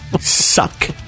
Suck